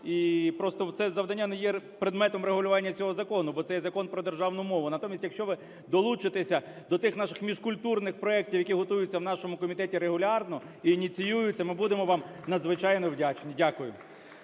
і просто це завдання не є предметом регулювання цього закону, бо це є закон про державну мову. Натомість, якщо ви долучитеся до тих наших міжкультурних проектів, які готуються в нашому комітеті регулярно, і ініціюються, ми будемо вам надзвичайно вдячні. Дякую.